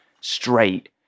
straight